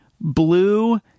Blue